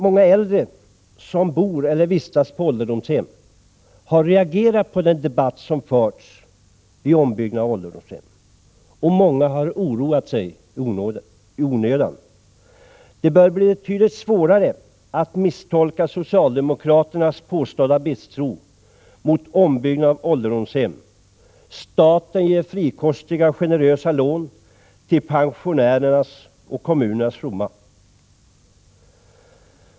Många äldre som bor eller vistas på ålderdomshem har reagerat på den debatt som har förts om ombyggnad av ålderdomshem, och många har oroat sig i onödan. Det bör nu bli betydligt svårare att påstå att socialdemokraterna hyser misstro mot ombyggnad av ålderdomshem. Staten ger frikostiga och generösa lån till pensionärernas och kommunernas fromma.